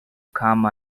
come